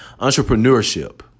Entrepreneurship